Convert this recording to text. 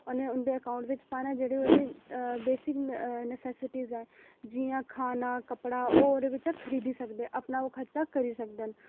अते उं'दे अकाउंट बिच पाना जेह्ड़े उं'दे बेसिक नसैसरी ऐ जि'यां खाना कपड़ा ओह्दे बिचा खरीदी सकदे अपना ओह् खर्चा करी सकदे न